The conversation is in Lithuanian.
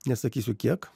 nesakysiu kiek